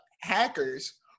hackers